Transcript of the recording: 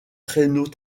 traîneau